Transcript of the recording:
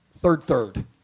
third-third